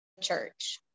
church